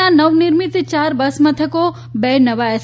ના નવનિર્મિત યાર બસ મથકો બે નવા એસ